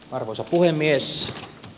arvoisa puhemies